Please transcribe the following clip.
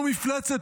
מפלצת,